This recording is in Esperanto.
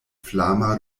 flama